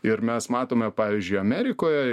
ir mes matome pavyzdžiui amerikoje